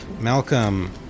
Malcolm